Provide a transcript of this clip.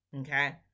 Okay